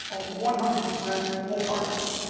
one hundred percent wholeheartedly.